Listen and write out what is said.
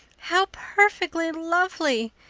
how perfectly lovely!